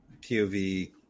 POV